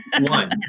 One